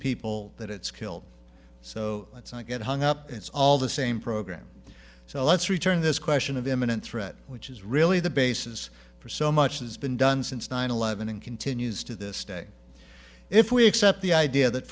people that it's killed so let's not get hung up it's all the same program so let's return this question of imminent threat which is really the basis for so much has been done since nine eleven and continues to this day if we accept the idea that